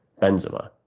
Benzema